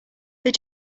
they